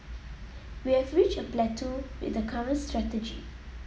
we have reached a plateau with the current strategy